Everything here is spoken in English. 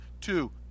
two